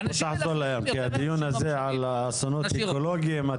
כי הדיון הזה הוא על אסונות אקולוגיים.